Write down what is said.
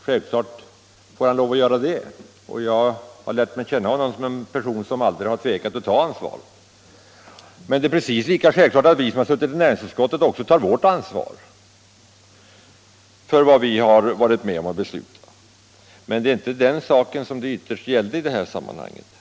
Självfallet får han lov att göra det, och jag har lärt känna honom som en person som aldrig har tvekat att ta sitt ansvar. Det är precis lika självklart att vi som har suttit i näringsutskottet också tar vårt ansvar för vad vi har varit med om att besluta. Men det är inte den saken som det ytterst gäller i det här sammanhanget.